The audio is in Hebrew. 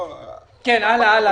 הלאה.